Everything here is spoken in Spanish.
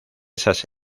esas